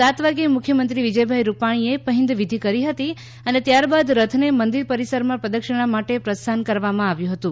સાત વાગે મુખ્યમંત્રી વિજયભાઇ રૂપાણીએ પહિંન્દ વિધી કરી હતી અને ત્યારબાદ રથને મંદિર પરિસરમાં પ્રદક્ષિણા માટે પ્રસ્થાન કરાવ્યું હતું